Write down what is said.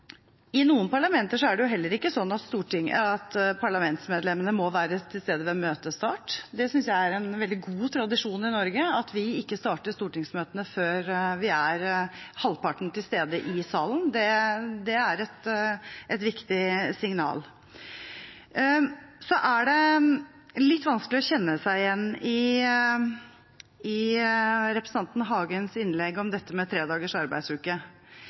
I noen parlamenter er det heller ikke slik at parlamentsmedlemmene må være til stede ved møtestart. Jeg synes det er en veldig god tradisjon i Norge at vi ikke starter stortingsmøtene før halvparten av oss er til stede i salen. Det er et viktig signal. Det er litt vanskelig å kjenne seg igjen i representanten Hagens innlegg om tredagers arbeidsuke.